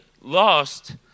lost